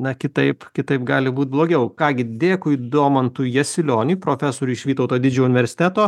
na kitaip kitaip gali būt blogiau ką gi dėkui domantui jasilioniui profesoriui iš vytauto didžiojo universiteto